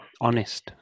Honest